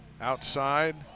Outside